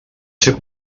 ser